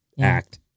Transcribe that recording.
act